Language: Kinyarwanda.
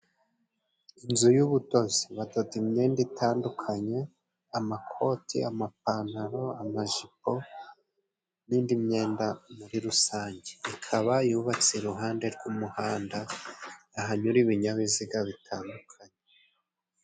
Inzu y'ubudozi badoda imyenda itandukanye amakoti, amapantaro, amajipo n'indi myenda muri rusange ikaba yubatse iruhande rw'umuhanda ahanyura ibinyabiziga bitandukanye.